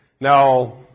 Now